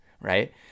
right